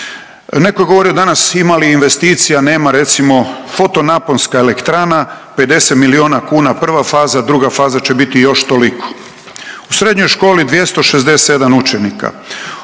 Netko je govorio danas ima li investicija, nema. Recimo foto naponska elektrana 50 milijuna kuna prva faza, druga faza će biti još toliko. U srednjoj školi 267 učenika.